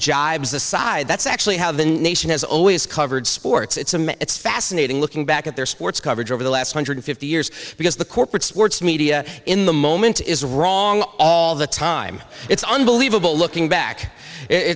jibes aside that's actually how the nation has always covered sports it's a myth it's fascinating looking back at their sports coverage over the last one hundred fifty years because the corporate sports media in the moment is wrong all the time it's unbelievable looking back it